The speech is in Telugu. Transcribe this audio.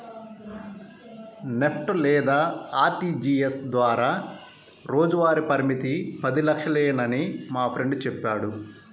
నెఫ్ట్ లేదా ఆర్టీజీయస్ ద్వారా రోజువారీ పరిమితి పది లక్షలేనని మా ఫ్రెండు చెప్పాడు